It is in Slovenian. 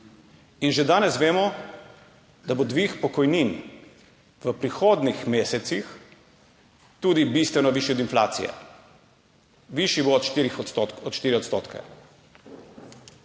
In že danes vemo, da bo dvig pokojnin v prihodnjih mesecih tudi bistveno višji od inflacije. Višji bo od 4 odstotkov.